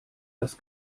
das